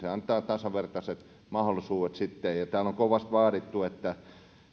se antaa tasavertaiset mahdollisuudet sitten täällä on kovasti vaadittu että